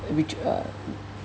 which uh